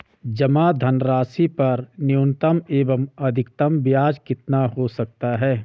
जमा धनराशि पर न्यूनतम एवं अधिकतम ब्याज कितना हो सकता है?